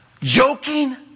joking